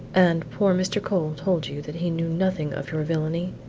and poor mr. cole told you that he knew nothing of your villany?